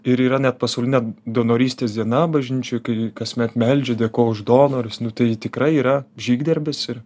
ir yra net pasaulinė donorystės diena bažnyčioj kai kasmet meldžia dėkoja už donorus nu tai tikrai yra žygdarbis ir